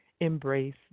embrace